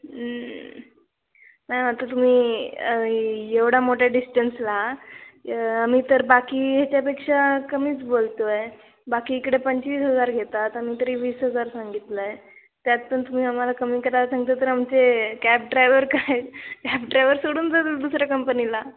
ma'am आता तुम्ही एवढा मोठ्या डिस्टन्सला आम्ही तर बाकी ह्याच्यापेक्षा कमीच बोलतो आहे बाकी इकडे पंचवीस हजार घेतात आम्ही तरी वीस हजार सांगितलं आहे त्यात पण तुम्ही आम्हाला कमी करायला सांगता तर आमचे कॅब ड्रायवर काय कॅब ड्रायव्हर सोडून जातील दुसऱ्या कंपनीला